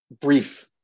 brief